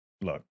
look